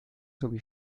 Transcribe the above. sowie